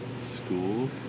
school